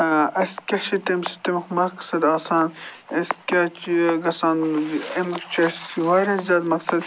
اَسہِ کیٛاہ چھِ تَمہِ سۭتۍ تٔمیُک مقصد آسان أسۍ کیٛازِ چھِ گژھان اَمیُک چھِ اَسہِ واریاہ زیادٕ مقصد